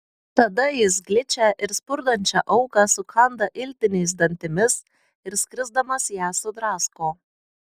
tada jis gličią ir spurdančią auką sukanda iltiniais dantimis ir skrisdamas ją sudrasko